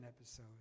episode